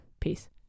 Peace